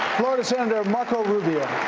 florida senator marco rubio.